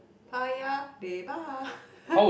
Paya-Lebar